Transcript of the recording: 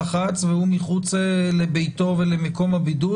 לחץ והוא מחוץ לביתו ולמקום הבידוד,